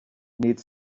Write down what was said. nid